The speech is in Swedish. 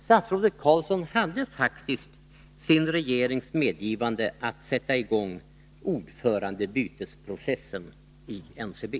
Statsrådet Carlsson hade faktiskt sin regerings medgivande att sätta i gång ordförandebytesprocessen i NCB.